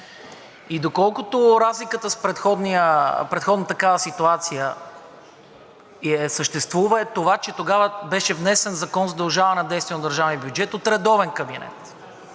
И доколкото разликата с предходна такава ситуация съществува, е това, че тогава беше внесен Закон за удължаване действието на държавния бюджет от редовен кабинет.